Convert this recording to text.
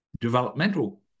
developmental